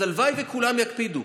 אז הלוואי שכולם יקפידו,